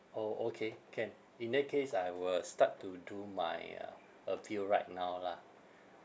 orh okay can in that case I will start to do my uh appeal right now lah